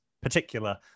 particular